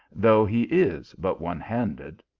though he is but one-handed.